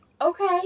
okay